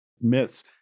myths